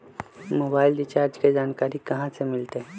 Mobile recharge के जानकारी कहा से मिलतै?